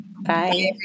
Bye